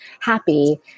happy